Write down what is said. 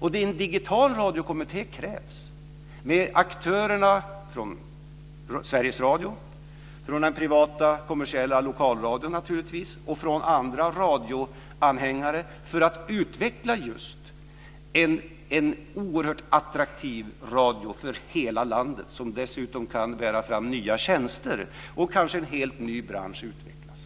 För en digital radiokommitté krävs aktörer från Sveriges Radio, naturligtvis från den privata kommersiella lokalradion och från andra radioanhängare för att utveckla just en oerhört attraktiv radio för hela landet, som dessutom kan bära fram nya tjänster, så att kanske en helt ny bransch utvecklas.